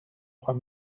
trois